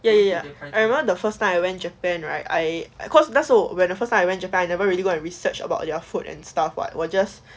ya ya I remember the first time I went japan right I cause 那时候 where the first I went japan never really got a research about their food and stuff will just